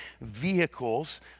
vehicles